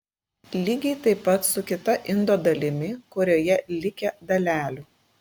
lygiai taip pat su kita indo dalimi kurioje likę dalelių